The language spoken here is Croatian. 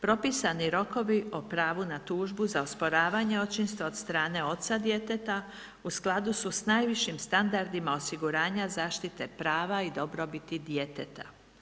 Propisani rokovi o pravu na tužbu za osporavanje očinstva od strane oca djeteta u skladu su s najvišim standardima osiguranja zaštite prava i dobrobiti djeteta.